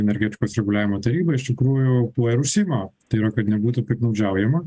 energetikos reguliavimo taryba iš tikrųjų kuo ir užsiima tai yra kad nebūtų piktnaudžiaujama